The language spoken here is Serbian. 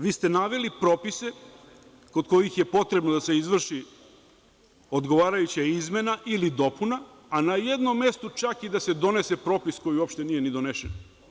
Vi ste naveli propise kod kojih je potrebno da se izvrši odgovarajuća izmena ili dopuna, a na jednom mestu čak i da se donese propis koji uopšte nije donesen.